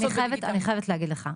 אני חייבת להגיד לך.